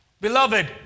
Beloved